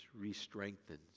re-strengthens